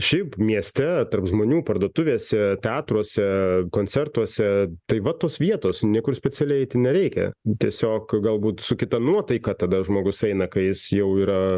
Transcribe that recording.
šiaip mieste tarp žmonių parduotuvėse teatruose koncertuose tai va tos vietos niekur specialiai eiti nereikia tiesiog galbūt su kita nuotaika tada žmogus eina kai jis jau yra